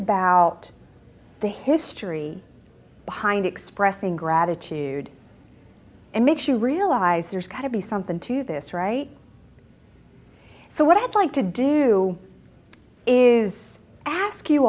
about the history behind expressing gratitude and makes you realize there's got to be something to this right so what i'd like to do is ask you